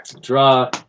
Draw